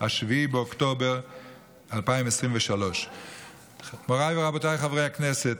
7 באוקטובר 2023. מוריי ורבותיי חברי הכנסת,